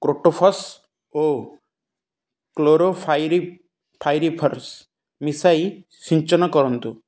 କ୍ରୋଟୋଫସ୍ ଓ କ୍ଲୋରୋଫାଇରି ଫାଇରିଫର୍ସ ମିଶାଇ ସିଞ୍ଚନ କରନ୍ତୁ